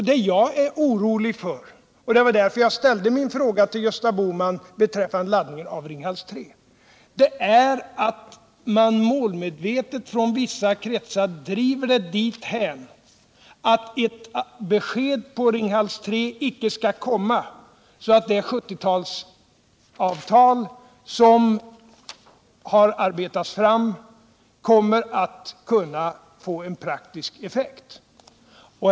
Det jag är orolig för — och det var därför jag ställde min fråga till Gösta Bohman beträffande laddningen av Ringhals 3 — är att man från vissa kretsar målmedvetet driver det dithän att besked om Ringhals 3 icke skall komma, något som gör att det 70-talsavtal som arbetats fram inte kommer att få någon praktisk effekt.